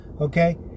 okay